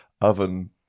oven